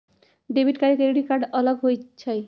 Debit card या credit card अलग होईछ ई?